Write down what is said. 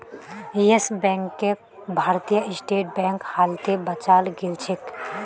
yes बैंकक Bharatiya state bank हालते बचाल गेलछेक